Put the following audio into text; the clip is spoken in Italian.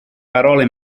parole